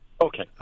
okay